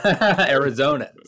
Arizona